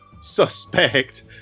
suspect